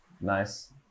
nice